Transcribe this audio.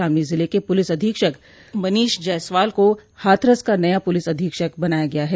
शामली जिले के पुलिस अधीक्षक मनीष जायसवाल को हाथरस का नया पुलिस अधीक्षक बनाया गया है